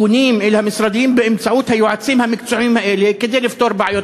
פונים אל המשרדים באמצעות היועצים המקצועיים האלה כדי לפתור בעיות,